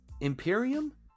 Imperium